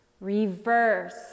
Reverse